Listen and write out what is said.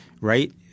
right